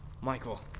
Michael